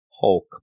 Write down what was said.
Hulk